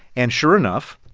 and sure enough,